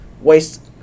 waste